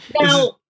now